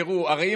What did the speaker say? תראו, אם